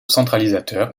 centralisateur